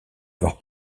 avoir